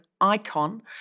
icon